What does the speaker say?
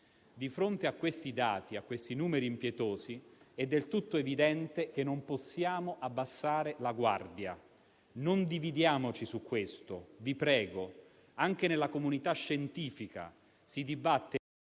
Di fronte a questi dati, a questi numeri impietosi, è del tutto evidente che non possiamo abbassare la guardia. Non dividiamoci su questo, vi prego. Anche nella comunità scientifica si dibatte